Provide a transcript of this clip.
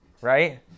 Right